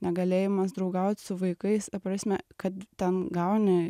negalėjimas draugaut su vaikais ta prasme kad ten gauni